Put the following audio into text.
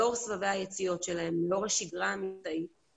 לאור סבבי היציאות שלהם, לאור השגרה המבצעית,